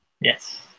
Yes